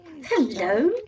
Hello